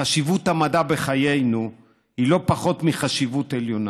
חשיבות המדע בחיינו היא לא פחות מחשיבות עליונה,